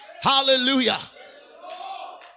Hallelujah